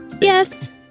Yes